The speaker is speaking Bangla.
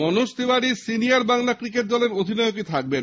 মনোজ তিওয়ারী সিনিয়র বাংলা ক্রিকেট দলের অধিনায়ক থাকবেন